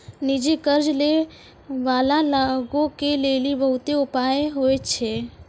निजी कर्ज लै बाला लोगो के लेली बहुते उपाय होय छै